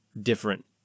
different